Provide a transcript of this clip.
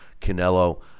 Canelo